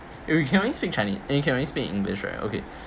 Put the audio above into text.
eh we can only speak chinese and can we speak english right okay